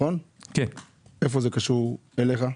איפה זה קשור אליך?